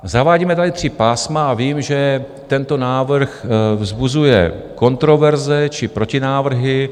Zavádíme tady tři pásma a vím, že tento návrh vzbuzuje kontroverze či protinávrhy.